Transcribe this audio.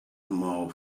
small